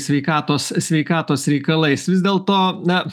sveikatos sveikatos reikalais vis dėl to na